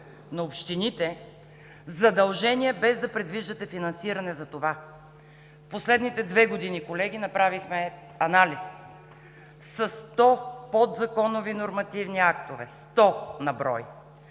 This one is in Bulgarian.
на общините задължения, без да предвиждате финансиране за това. През последните две години, колеги, направихме анализ. Със 100 подзаконови нормативни актове – 100 на брой,